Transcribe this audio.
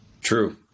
true